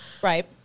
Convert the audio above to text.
Right